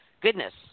goodness